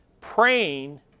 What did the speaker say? praying